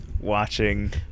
watching